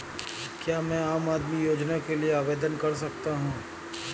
क्या मैं आम आदमी योजना के लिए आवेदन कर सकता हूँ?